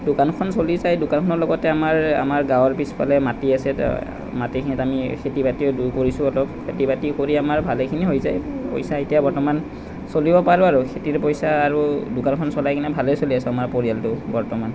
দোকানখন চলি যায় দোকানখনৰ লগতে আমাৰ আমাৰ গাঁৱৰ পিছফালে মাটি আছ মাটিখিনিত আমি খেতি বাতিও কৰিছোঁ অলপ খেতি বাতি কৰি আমাৰ ভালেখিনি হৈ যায় পইচা এতিয়া বৰ্তমান চলিব পাৰোঁ আৰু খেতিৰ পইচা আৰু দোকানখন চলাই কিনে ভালে চলি আছে আমাৰ পৰিয়ালটো বৰ্তমান